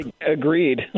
agreed